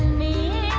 me